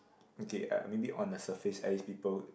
okay uh maybe on the surface at least people